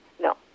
No